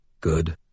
Good